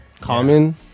Common